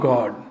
God